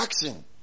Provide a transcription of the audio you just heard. action